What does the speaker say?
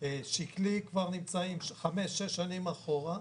שקלי כבר נמצאים 5-6 שנים אחורה.